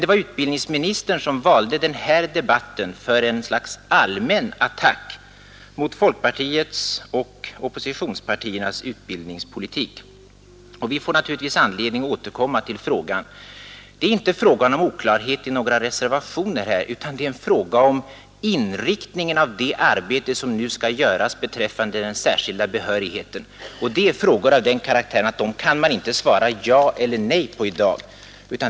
Det var utbildningsministern som valde den här debatten för ett slags allmän attack mot folkpartiets och de övriga oppositionspartiernas utbildningspolitik, men vi får naturligtvis anledning att återkomma till saken. Det är inte fråga om oklarhet i några reservationer, utan här gäller det inriktningen av det utredningsarbete som nu skall göras beträffande den särskilda behörigheten. Frågor av den karaktären kan man inte svara ja eller nej på i dag.